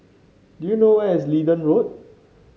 do you know where is Leedon Road